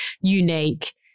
unique